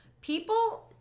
people